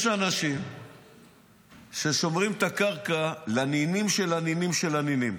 יש אנשים ששומרים את הקרקע לנינים של הנינים של הנינים,